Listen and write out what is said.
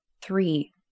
Three